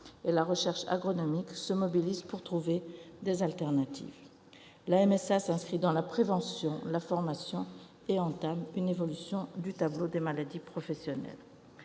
La recherche agronomique se mobilise pour trouver des alternatives. La MSA s'investit dans la prévention, la formation et entame une évolution du tableau des maladies professionnelles.